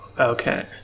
okay